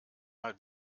mal